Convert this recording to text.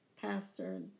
pastor